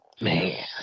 Man